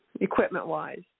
equipment-wise